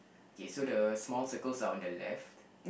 okay so the small circles are on the left